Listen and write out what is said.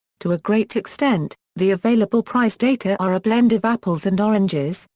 to a great extent, the available price data are a blend of apples and oranges,